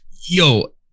yo